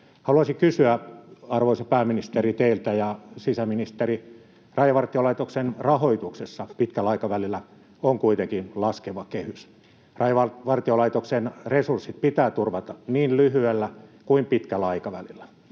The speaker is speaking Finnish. Haluaisin sanoa, arvoisa pääministeri, teille ja sisäministerille: Rajavartiolaitoksen rahoituksessa pitkällä aikavälillä on kuitenkin laskeva kehys. Rajavartiolaitoksen resurssit pitää turvata niin lyhyellä kuin pitkällä aikavälillä.